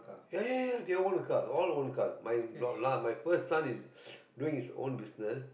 ya ya ya they own the car all own the car my first son is doing his own business